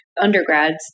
undergrads